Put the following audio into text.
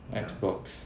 X_box